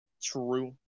True